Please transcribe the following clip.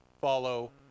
follow